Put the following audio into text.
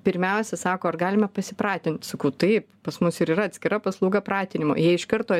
pirmiausia sako ar galime pasipratint sakau taip pas mus ir yra atskira paslauga pratinimo jei iš karto